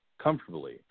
comfortably